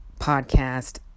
podcast